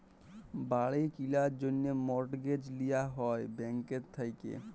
বাড়ি কিলার জ্যনহে মর্টগেজ লিয়া হ্যয় ব্যাংকের থ্যাইকে